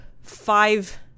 five